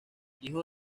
hijo